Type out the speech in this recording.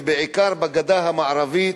ובעיקר בגדה המערבית,